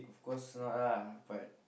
of course not ah but